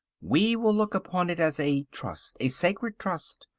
we will look upon it as a trust, a sacred trust,